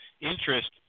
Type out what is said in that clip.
interest